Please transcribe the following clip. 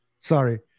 sorry